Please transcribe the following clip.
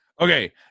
Okay